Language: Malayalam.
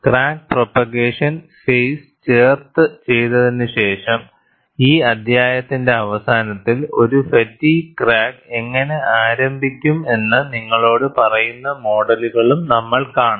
ക്രാക്ക് പ്രൊപ്പഗേഷൻ ഫേസ് ചർച്ച ചെയ്തതിനുശേഷം ഈ അധ്യായത്തിന്റെ അവസാനത്തിൽ ഒരു ഫാറ്റിഗ്ഗ് ക്രാക്ക് എങ്ങനെ ആരംഭിക്കുമെന്ന് നിങ്ങളോട് പറയുന്ന മോഡലുകളും നമ്മൾ കാണും